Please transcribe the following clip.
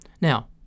Now